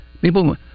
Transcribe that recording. People